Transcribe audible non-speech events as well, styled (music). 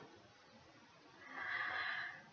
(breath)